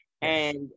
and-